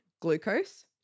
glucose